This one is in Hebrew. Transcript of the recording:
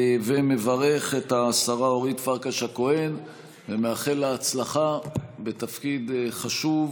ומברך את השרה אורית פרקש הכהן ומאחל לה הצלחה בתפקיד חשוב